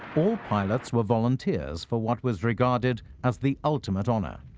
all pilots were volunteers for what was regarded as the ultimate honor,